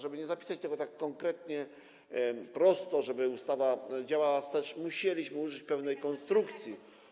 Żeby nie zapisać tego tak konkretnie, prosto, że ustawa będzie działała wstecz, musieliśmy użyć pewnej konstrukcji.